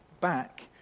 back